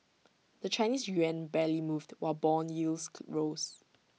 the Chinese Yuan barely moved while Bond yields rose